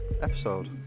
episode